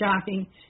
shocking